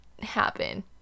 happen